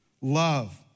Love